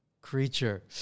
creature